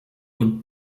und